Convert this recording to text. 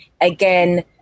Again